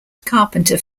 carpenter